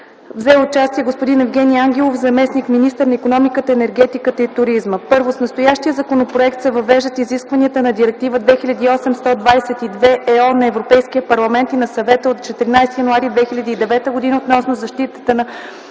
взе участие господин Евгени Ангелов – заместник-министър на икономиката, енергетиката и туризма. І. С настоящия законопроект се въвеждат изискванията на Директива 2008/122/ЕО на Европейския парламент и на Съвета от 14 януари 2009 г. относно защитата на